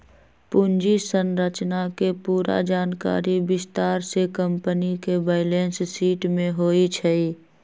पूंजी संरचना के पूरा जानकारी विस्तार से कम्पनी के बैलेंस शीट में होई छई